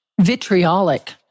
vitriolic